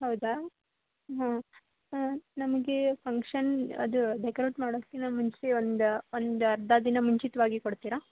ಹೌದಾ ಹಾಂ ನಮಗೆ ಫಂಕ್ಷನ್ ಅದು ಡೆಕೋರೇಟ್ ಮಾಡೋಕ್ಕಿನ ಮುಂಚೆ ಒಂದು ಒಂದು ಅರ್ಧ ದಿನ ಮುಂಚಿತವಾಗಿ ಕೊಡ್ತೀರಾ